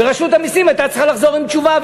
ורשות המסים הייתה צריכה לחזור עם תשובה,